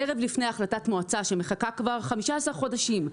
ערב לפני החלטת מועצה שמחכה כבר 15 חודשים,